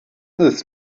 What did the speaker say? this